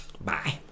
Bye